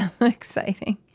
exciting